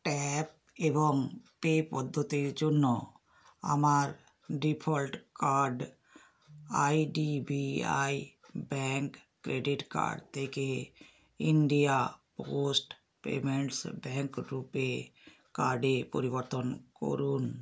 tap এবং pay পদ্ধতির জন্য আমার default card I D B I bank credit card থেকে India post payments bank RuPay কার্ডে এ পরিবর্তন করুন